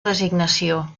designació